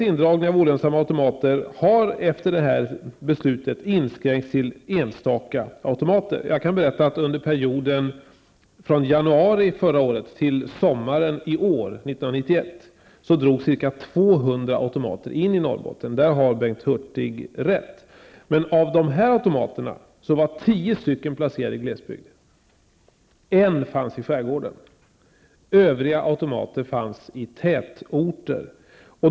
Indragningen av olönsamma telefonautomater har efter detta beslut inskränkts till enstaka automater. Jag kan berätta att under perioden från januari förra året till sommaren i år drogs ca 200 automater in i Norrbotten. I det fallet har alltså Bengt Hurtig rätt. Av dessa apparater var tio placerade i glesbygd. En fanns i skärgården. Övriga automater fanns i tätorter.